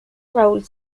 raúl